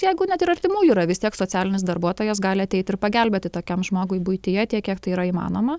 jeigu net ir artimųjų yra vis tiek socialinis darbuotojas gali ateiti ir pagelbėti tokiam žmogui buityje tiek kiek tai yra įmanoma